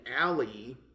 alley